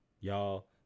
Y'all